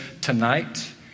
Tonight